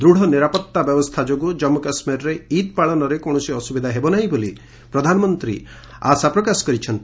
ଦୂଢ଼ ନିରାପତ୍ତା ବ୍ୟବସ୍ଥା ଯୋଗୁଁ ଜନ୍ମୁ କାଶ୍ମୀରରେ ଇଦ୍ ପାଳନରେ କୌଣସି ଅସୁବିଧା ହେବ ନାହିଁ ବୋଲି ପ୍ରଧାନମନ୍ତ୍ରୀ ଆଶା ପ୍ରକାଶ କରିଛନ୍ତି